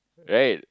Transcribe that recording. right